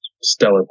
stellar